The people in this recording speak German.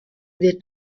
wird